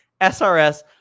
SRS